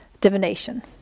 divination